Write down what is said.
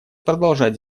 продолжать